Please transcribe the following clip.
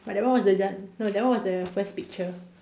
but that one was the just no that one was the first picture